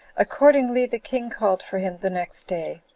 accordingly, the king called for him the next day,